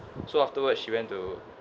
so afterwards she went to